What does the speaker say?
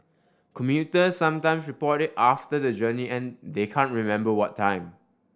commuters sometime report it after the journey and they can't remember what time